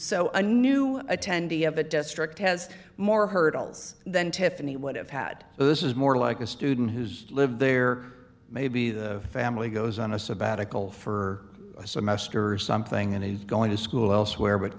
so a new attendee of a district has more hurdles than tiffany would have had so this is more like a student who's lived there maybe the family goes on a sabbatical for a semester or something and he's going to school elsewhere but